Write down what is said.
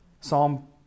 Psalm